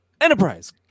Enterprise